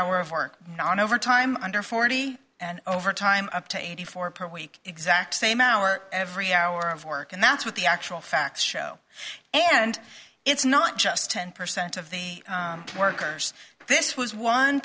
hour of work on overtime under forty and overtime up to eighty four per week exact same hour every hour of work and that's what the actual facts show and it's not just ten percent of the workers this was one